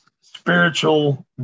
spiritual